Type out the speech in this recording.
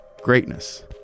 greatness